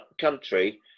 country